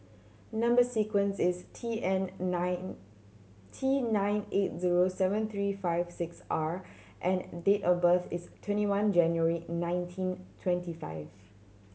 number sequence is T eight nine T nine eight zero seven three five six R and date of birth is twenty one January nineteen twenty five